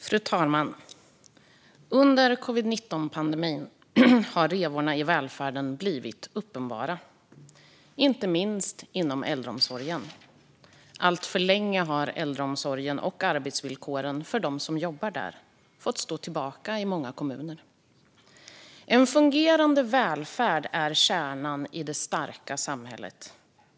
Fru talman! Under covid-19-pandemin har revorna i välfärden blivit uppenbara, inte minst inom äldreomsorgen. Alltför länge har äldreomsorgen och arbetsvillkoren för dem som jobbar där fått stå tillbaka i många kommuner. En fungerande välfärd är kärnan i det starka samhället.